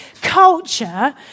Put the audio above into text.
culture